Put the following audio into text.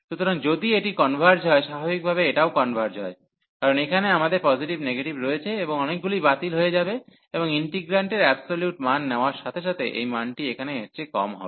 সুতরাং যদি এটি কনভার্জ হয় স্বাভাবিকভাবে এটাও কনভার্জ হয় কারণ এখানে আমাদের পজিটিভ নেগেটিভ রয়েছে এবং অনেকগুলি বাতিল হয়ে যাবে এবং ইন্টিগ্রান্টের অ্যাবসোলিউট মান নেওয়ার সাথে সাথে এই মানটি এখানে এর চেয়ে কম হবে